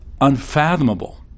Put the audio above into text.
unfathomable